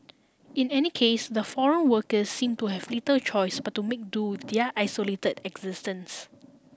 in any case the foreign workers seem to have little choice but to make do with their isolate existence